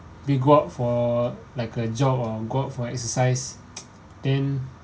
maybe go out for like a jog or go out for exercise then